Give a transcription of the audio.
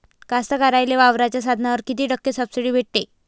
कास्तकाराइले वावराच्या साधनावर कीती टक्के सब्सिडी भेटते?